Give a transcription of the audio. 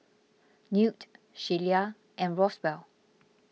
Newt Shelia and Roswell